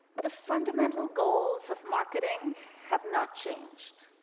the fundamental goals of marketing have not changed.